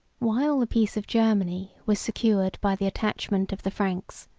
while the peace of germany was secured by the attachment of the franks,